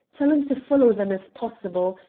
tell him to follow them if possible.